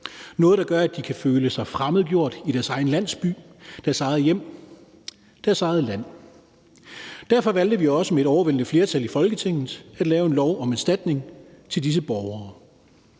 noget, der gør, at de kan føle sig fremmedgjort i deres egen landsby, deres eget hjem, deres eget land. Derfor valgte vi også med et overvældende flertal i Folketinget at lave en lov om erstatning til disse borgere.